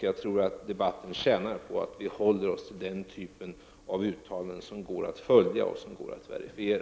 Jag tror att debatten tjänar på att vi håller oss till den typen av uttalanden som går att följa och att verifiera.